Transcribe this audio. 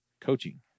coaching